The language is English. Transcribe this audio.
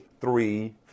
three